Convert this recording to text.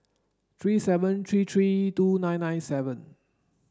three seven three three two nine nine seven